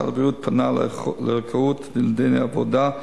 משרד הבריאות פנה לערכאות לדיני עבודה,